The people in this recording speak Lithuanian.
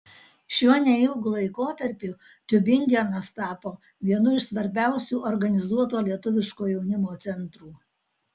šiuo neilgu laikotarpiu tiubingenas tapo vienu iš svarbiausių organizuoto lietuviško jaunimo centrų